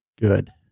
good